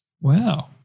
Wow